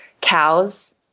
cows